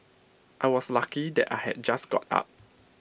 I was lucky that I had just got up